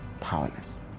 powerless